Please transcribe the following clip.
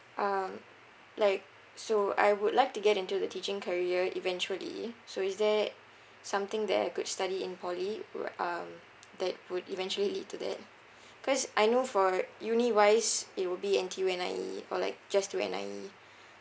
um like so I would like to get into the teaching career eventually so is there something that I could study in poly wou~ um that would eventually lead to that cause I know for uni wise it will be N_T_U N_I_E or like just to N_I_E